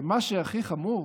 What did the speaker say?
ומה שהכי חמור,